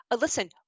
listen